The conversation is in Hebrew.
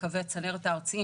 בקווי צנרת ארציים.